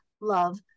love